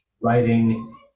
writing